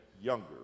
younger